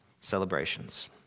celebrations